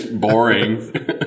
boring